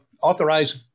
authorize